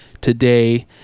today